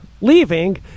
leaving